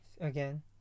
again